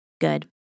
good